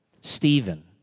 Stephen